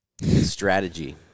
Strategy